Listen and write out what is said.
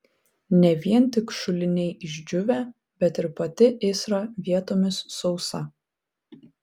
ne vien tik šuliniai išdžiūvę bet ir pati įsra vietomis sausa